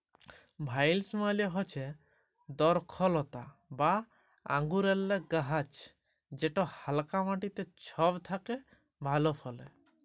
ভাইলস মালে হচ্যে দরখলতা বা আঙুরেল্লে গাহাচ যেট হালকা মাটিতে ছব থ্যাকে ভালো ফলে